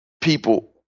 people